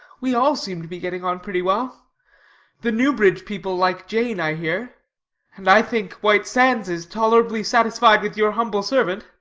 we all seem to be getting on pretty well. the newbridge people like jane, i hear and i think white sands is tolerably satisfied with your humble servant.